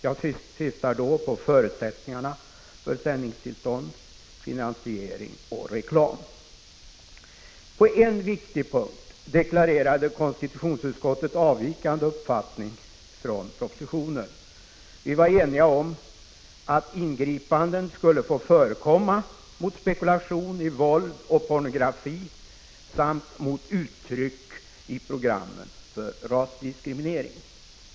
Jag syftar då på förutsättningarna för sändningstillstånd, finansiering och reklam. På en viktig punkt deklarerade konstitutionsutskottet avvikande uppfattning från propositionen. Vi var eniga om att ingripanden skulle få förekomma mot spekulation i våld och pornografi samt mot uttryck i programmen för rasdiskriminering.